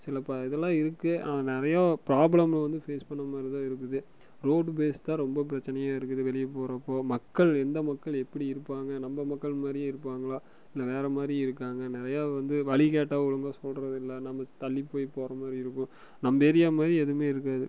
சில இதெலாம் இருக்குது ஆனால் நிறையார் ப்ராப்ளம் வந்து பேஸ் பண்ணமாதிரி தான் இருக்குது ரோடு பேஸ்டாக ரொம்ப பிரச்சனையாக இருக்குது வெளியே போகிறப்போ மக்கள் எந்த மக்கள் எப்படி இருப்பாங்கள் நம்ம மக்கள்மாதிரி இருப்பாங்களா இல்லை வேறமாதிரி இருக்காங்கள் நிறையா வந்து வழி கேட்டால் ஒழுங்காக சொல்கிறது இல்லை நம்ம தள்ளி போய் போகிறமாரி இருக்கும் நம்ம ஏரியா மாரி எதுவுமே இருக்காது